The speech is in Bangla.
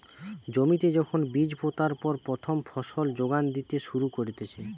জমিতে যখন বীজ পোতার পর প্রথম ফসল যোগান দিতে শুরু করতিছে